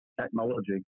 technology